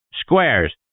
Squares